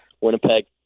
Winnipeg